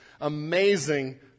amazing